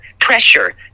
pressure